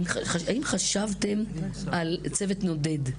האם חשבתם על צוות נודד?